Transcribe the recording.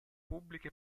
pubbliche